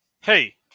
Hey